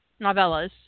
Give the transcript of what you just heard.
novellas